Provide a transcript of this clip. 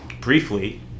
briefly